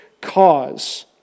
cause